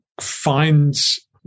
finds